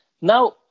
Now